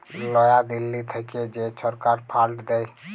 লয়া দিল্লী থ্যাইকে যে ছরকার ফাল্ড দেয়